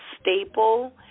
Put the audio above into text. staple